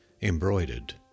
embroidered